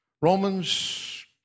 Romans